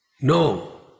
No